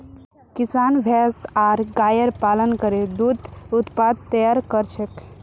किसान भैंस आर गायर पालन करे दूध उत्पाद तैयार कर छेक